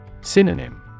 Synonym